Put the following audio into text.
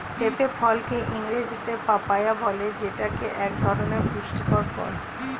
পেঁপে ফলকে ইংরেজিতে পাপায়া বলে যেইটা এক ধরনের পুষ্টিকর ফল